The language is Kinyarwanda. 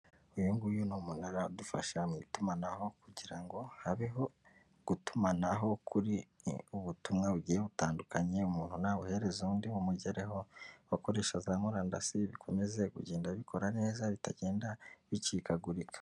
Uyu nguyu ni umunara udufasha mu itumanaho, kugira ngo habeho gutumanaho kuri ubutumwa bugiye butandukanye, umuntu nabuhereza undi bumugereho, bakoresha za murandasi bikomeze kugenda bikora neza bitagenda bicikagurika.